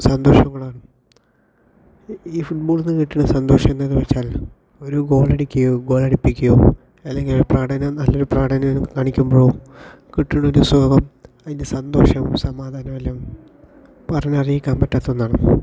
സന്തോഷങ്ങളാണ് ഈ ഫുട്ബോളിൽനിന്ന് കിട്ടണ സന്തോഷം എന്തെന്ന് വെച്ചാൽ ഒരു ഗോളടിക്കുകയോ ഗോളടിപ്പിക്കുകയോ അല്ലെങ്കിൽ പ്രാണന് നല്ലൊരു പ്രാണനെ കാണിക്കുമ്പോഴോ കിട്ടണ ഒരു സുഖം അതിൻ്റെ സന്തോഷം സമാധാനം എല്ലാം പറഞ്ഞറിയിക്കാൻ പറ്റാത്ത ഒന്നാണ്